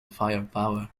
firepower